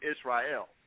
Israel